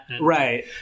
Right